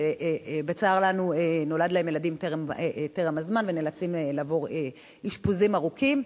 שבצר לנו נולדו להם ילדים טרם הזמן והם נאלצים לעבור אשפוזים ארוכים.